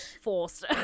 forced